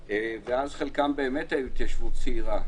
ההתיישבות ואז חלקם באמת היו התיישבות צעירה.